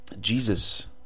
jesus